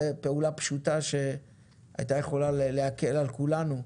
זאת פעולה פשוטה שהיתה יכולה להקל על כולנו,